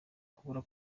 ukubura